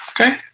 Okay